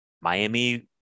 Miami